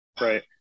right